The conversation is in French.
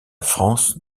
france